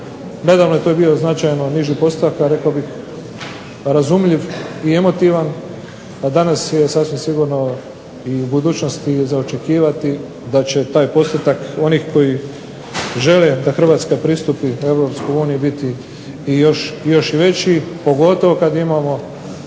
Nedavno je to bio značajno niži postotak, a rekao bih razumljiv i emotivan, a danas je sasvim sigurno i u budućnosti za očekivati da će taj postotak onih koji žele da Hrvatska pristupi Europskoj uniji biti i još i veći pogotovo kad imamo